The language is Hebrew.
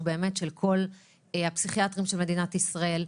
באמת של כל הפסיכיאטרים של מדינת ישראל,